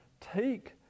take